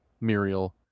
Muriel